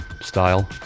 style